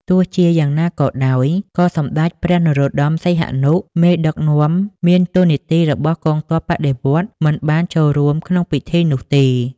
ទោះជាយ៉ាងណាក៏ដោយ ក៏ សម្តេចព្រះនរោត្តម សីហនុ មេដឹកនាំមានតួនាទីរបស់កងទ័ពបដិវត្តន៍មិនបានចូលរួមក្នុងពិធីនោះទេ។